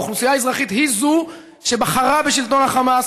האוכלוסייה האזרחית היא שבחרה בשלטון החמאס,